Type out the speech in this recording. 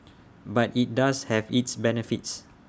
but IT does have its benefits